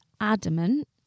adamant